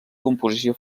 composició